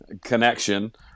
connection